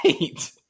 right